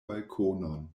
balkonon